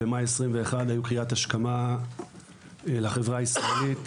במאי 2021 היו קריאת השכמה לחברה הישראלית,